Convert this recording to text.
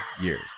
years